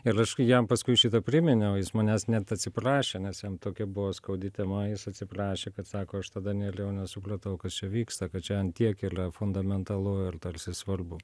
ir aš jam paskui šitą priminiau jis manęs net atsiprašė nes jam tokia buvo skaudi tema jis atsiprašė kad sako aš tada nelijau nesupratau kas čia vyksta kad čia ant tiek ylia fundamentalu ir tarsi svarbu